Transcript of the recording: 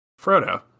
Frodo